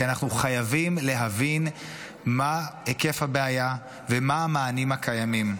כי אנחנו חייבים להבין מה היקף הבעיה ומהם המענים הקיימים.